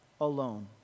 alone